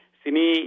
sini